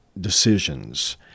decisions—